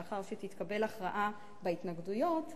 לאחר שתתקבל הכרעה בהתנגדויות,